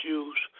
use